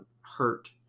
hurt